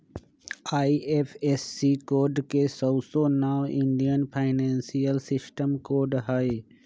IFSC code के सऊसे नाओ इंडियन फाइनेंशियल सिस्टम कोड हई